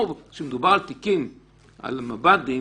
פה כשמדובר על מב"דים